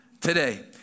today